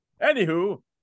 Anywho